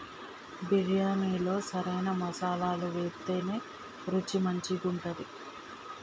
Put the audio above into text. బిర్యాణిలో సరైన మసాలాలు వేత్తేనే రుచి మంచిగుంటది